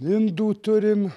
indų turim